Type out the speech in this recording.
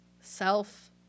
self